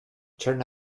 turn